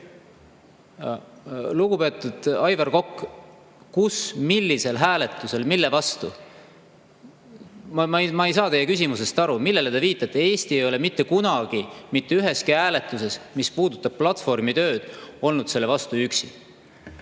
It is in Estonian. Lugupeetud Aivar Kokk, kus, millisel hääletusel, mille vastu? Ma ei saa teie küsimusest aru. Millele te viitate? Eesti ei ole mitte kunagi mitte üheski hääletuses, mis puudutab platvormitööd, olnud selle vastu üksi.